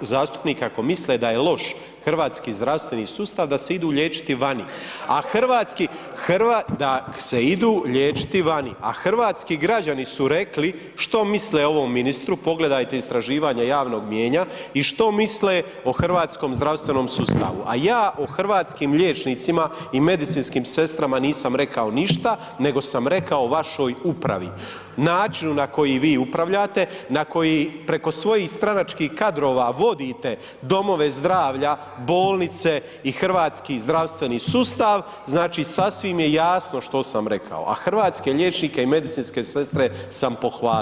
zastupnike ako misle da je loš hrvatski zdravstveni sustav da se idu liječiti vani, a hrvatski, hrvatski, … [[Upadica iz klupe se ne čuje]] da se idu liječiti vani, a hrvatski građani su rekli što misle o ovom ministru, pogledajte istraživanja javnog mijenja i što misle o hrvatskom zdravstvenom sustavu, a ja o hrvatskim liječnicima i medicinskim sestrama nisam rekao ništa, nego sam rekao vašoj upravi, načinu na koji vi upravljate, na koji preko svojih stranačkih kadrova vodite domove zdravlja, bolnice i hrvatski zdravstveni sustav, znači sasvim je jasno što sam rekao, a hrvatske liječnike i medicinske sestre sam pohvalio.